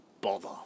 bother